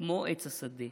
/ כמו עץ השדה.